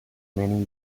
many